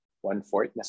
one-fourth